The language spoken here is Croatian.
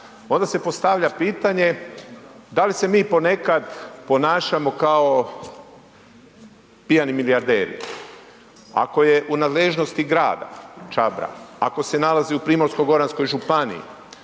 onda se postavlja pitanje, da li se mi ponekad ponašamo kao pijani milijarderi? Ako je u nadležnosti grada Čabra, ako se nalazi u Primorsko-goranskoj županiji,